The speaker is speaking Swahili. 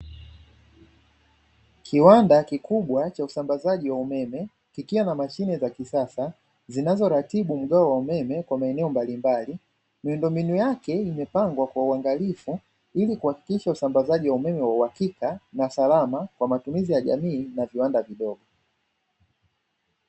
Kiwanda kikubwa cha usambazaji wa umeme kikiwa na mashine za kisasa zinazoratibu mgao wa umeme kwa maeneo mbalimbali. Miundo mbinu yake imepangwa kwa uangalifu ili kuhakikisha usambazaji wa umeme wa uhakika na salama kwa matumizi ya jamii na viwanda vidogo.